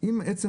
אם עצם